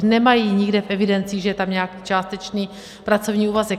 Nemají nikde v evidencích, že je tam nějaký částečný pracovní úvazek.